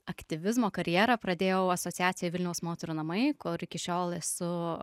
aktyvizmo karjerą pradėjau asociacijoj vilniaus moterų namai kur iki šiol esu